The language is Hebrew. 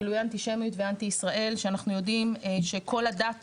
גילוי אנטישמיות ואנטי ישראל שאנחנו יודעים שכל הדת,